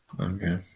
Okay